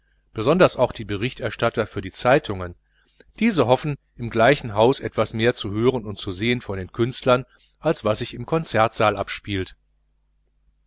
besonders auch die berichterstatter für die zeitungen diese hoffen im gleichen hause etwas mehr zu hören und zu sehen von den künstlern als was sich im konzertsaal abspielt